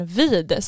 vid